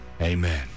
amen